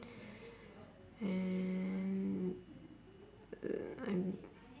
and uh I'm